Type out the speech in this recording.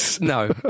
no